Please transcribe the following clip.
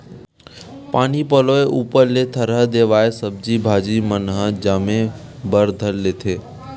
पानी पलोय ऊपर ले थरहा देवाय सब्जी भाजी मन ह जामे बर धर लेथे